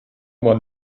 man